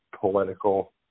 political